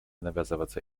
навязываться